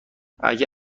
اگه